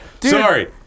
Sorry